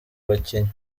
bakinnyi